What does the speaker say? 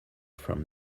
from